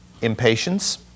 impatience